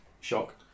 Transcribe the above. Shock